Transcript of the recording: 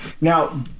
Now